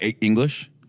English